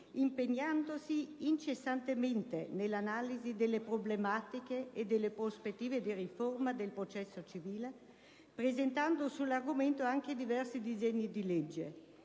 impegnandosi incessantemente nell'analisi delle problematiche e delle prospettive di riforma del processo civile, presentando sull'argomento anche diversi disegni di legge;